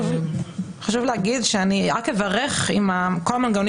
חשוב להגיד שאני רק אברך אם כל המנגנונים